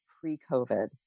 pre-COVID